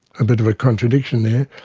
a bit of a contradiction there,